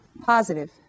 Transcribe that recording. positive